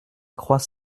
croix